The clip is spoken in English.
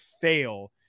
fail